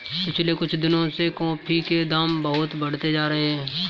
पिछले कुछ दिनों से कॉफी के दाम बहुत बढ़ते जा रहे है